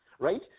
right